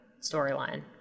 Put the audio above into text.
storyline